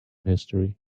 history